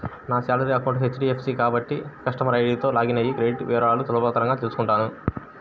నా salary account HDFC కాబట్టి customer ఐడీతో లాగిన్ అయ్యి క్రెడిట్ వివరాలను సులభంగా తెల్సుకుంటాను